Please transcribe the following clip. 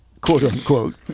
quote-unquote